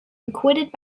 acquitted